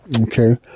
Okay